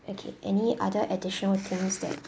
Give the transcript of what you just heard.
okay any other additional things that